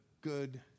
good